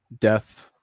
Death